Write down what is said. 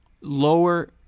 lower